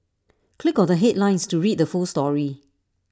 click on the headlines to read the full story